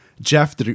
Jeff